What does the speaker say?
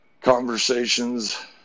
conversations